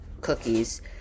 cookies